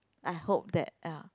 I hope that ya